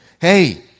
Hey